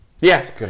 yes